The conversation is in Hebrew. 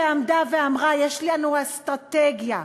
שעמדה ואמרה: יש לנו אסטרטגיה,